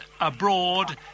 abroad